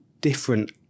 different